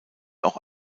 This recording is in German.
auch